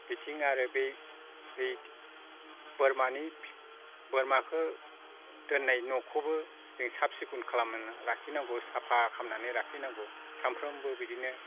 बिथिं आरो बै ऐद बोरमानि बोरमाखो दोननाय न'खोबो जों साब सिखोन खालामना लाखिनांगौ साफा खालामनानै लाखिनांगौ सानफ्रोमबो बिदिनो